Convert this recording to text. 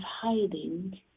hiding